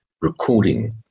recording